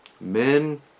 men